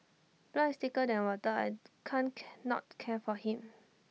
blood is thicker than water I can't not care for him